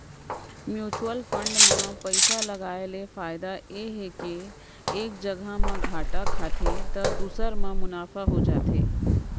mutual fund म पइसा लगाय ले फायदा ये हे के एक जघा म घाटा खाथे त दूसर म मुनाफा हो जाथे